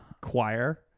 choir